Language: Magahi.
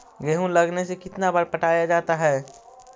गेहूं लगने से कितना बार पटाया जाता है?